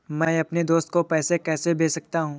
मैं अपने दोस्त को पैसे कैसे भेज सकता हूँ?